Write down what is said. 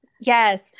Yes